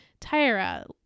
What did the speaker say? tyra